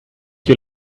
you